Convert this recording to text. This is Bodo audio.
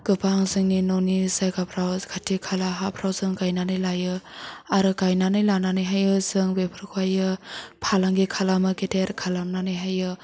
गोबां जोंनि ननि जायगाफ्राव खाथि खाला हाफ्राव जों गायनानै लायो आरो गायनानै लानानैहायो जों बेफोरखौहायो फालांगि खालामो गेदेर खालामनानैहायो